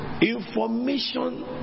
information